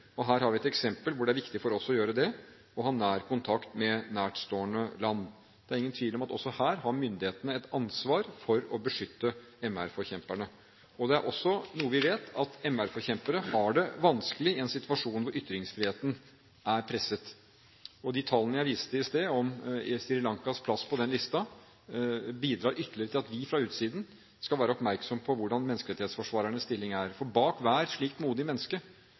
Her har vi et eksempel hvor det er viktig for oss å gjøre det, ha nær kontakt med nærstående land. Det er ingen tvil om at også her har myndighetene et ansvar for å beskytte MR-forkjemperne. Det er også noe vi vet, at MR-forkjempere har det vanskelig i en situasjon hvor ytringsfriheten er presset. De tallene jeg viste i sted om Sri Lankas plass på den listen, bidrar ytterligere til at vi fra utsiden skal være oppmerksom på hvordan menneskerettighetsforsvarernes stilling er. Bak hvert slikt modig menneske,